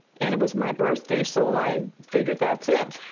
and it was my birthday. so i figured, that's it.